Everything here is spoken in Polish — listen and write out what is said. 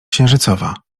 księżycowa